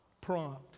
Prompt